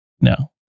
no